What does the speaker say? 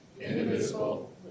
indivisible